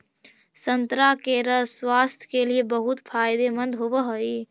संतरा के रस स्वास्थ्य के लिए बहुत फायदेमंद होवऽ हइ